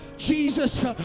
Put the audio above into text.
Jesus